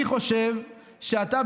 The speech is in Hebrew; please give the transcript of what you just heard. אני חושב שאתה,